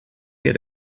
get